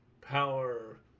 power